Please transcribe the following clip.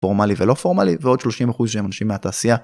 פורמלי ולא פורמלי ועוד 30% שהם אנשים מהתעשייה